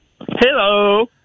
Hello